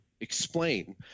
explain